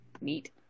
Neat